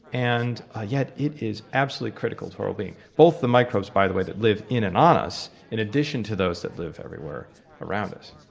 and ah yet it is absolutely critical to our wellbeing. both the microbes, by the way, that live in and on us, in addition to those that live everywhere around us.